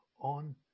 on